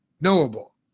knowable